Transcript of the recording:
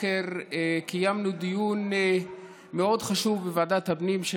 הבוקר קיימנו דיון מאוד חשוב בוועדת הפנים של